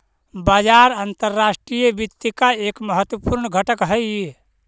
बाजार अंतर्राष्ट्रीय वित्त का एक महत्वपूर्ण घटक हई